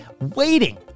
waiting